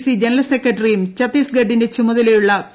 C general സെക്രട്ടറിയും ഛത്തീസ്ഗഡിന്റെ ചുമതലയുള്ള പി